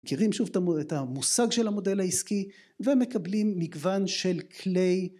מכירים שוב את המושג של המודל העסקי ומקבלים מגוון של כלי